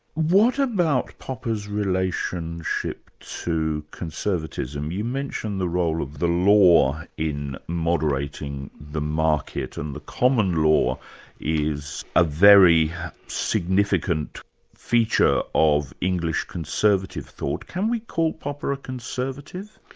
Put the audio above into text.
what about popper's relationship to conservatism? you mention the role of the law in moderating the market and the common law is a very significant feature of english conservative thought. can we call popper a conservative?